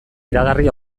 iragarri